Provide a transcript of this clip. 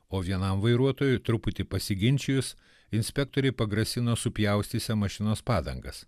o vienam vairuotojui truputį pasiginčijus inspektoriui pagrasino supjaustysią mašinos padangas